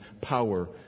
power